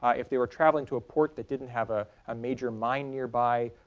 ah if they were traveling to a port that didn't have ah a major mine nearby,